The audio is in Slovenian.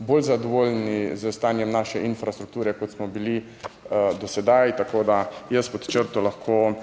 bolj zadovoljni s stanjem naše infrastrukture kot smo bili do sedaj. Tako, da jaz pod črto lahko